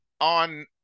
on